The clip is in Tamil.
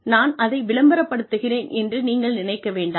நான் அதை விளம்பரப்படுத்துகிறேன் என்று நீங்கள் நினைக்க வேண்டாம்